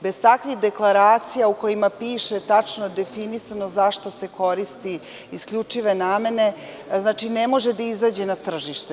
Bez takvih deklaracija u kojima piše tačno definisano za šta se koristi, isključive namene, znači ne može da izađe na tržište.